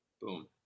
Boom